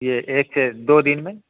जी एक दो दिन में